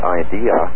idea